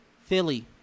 Philly